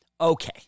Okay